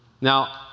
Now